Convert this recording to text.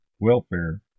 welfare